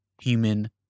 human